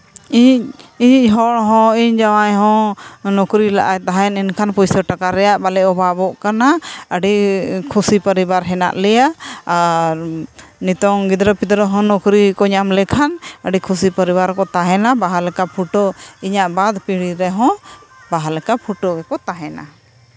ᱤᱧᱤᱡ ᱤᱧᱤᱡ ᱦᱚᱲ ᱦᱚᱸ ᱤᱧ ᱡᱟᱶᱟᱭ ᱦᱚᱸ ᱱᱚᱠᱨᱤ ᱞᱟᱜᱼᱟᱭ ᱛᱟᱦᱮᱱ ᱮᱱᱠᱷᱟᱱ ᱯᱚᱭᱥᱟ ᱴᱟᱠᱟ ᱨᱮᱭᱟᱜ ᱵᱟᱞᱮ ᱚᱵᱷᱟᱵᱚᱜ ᱠᱟᱱᱟ ᱟᱹᱰᱤ ᱠᱷᱩᱥᱤ ᱯᱚᱨᱤᱵᱟᱨ ᱦᱮᱱᱟᱜ ᱞᱮᱭᱟ ᱟᱨ ᱱᱤᱛᱳᱝ ᱜᱤᱫᱽᱨᱟᱹᱼᱯᱤᱫᱽᱨᱟᱹ ᱦᱚᱸ ᱱᱚᱠᱨᱤ ᱠᱚ ᱧᱟᱢ ᱞᱮᱠᱷᱟᱱ ᱟᱹᱰᱤ ᱠᱷᱩᱥᱤ ᱯᱟᱨᱤᱵᱟᱨ ᱠᱚ ᱛᱟᱦᱮᱱᱟ ᱵᱟᱦᱟ ᱞᱮᱠᱟ ᱯᱷᱩᱴᱟᱹᱣ ᱤᱧᱟᱹᱜ ᱵᱟᱫ ᱯᱤᱲᱦᱤ ᱨᱮᱦᱚᱸ ᱵᱟᱦᱟ ᱞᱮᱠᱟ ᱯᱷᱩᱴᱟᱹᱣ ᱜᱮᱠᱚ ᱛᱟᱦᱮᱱᱟ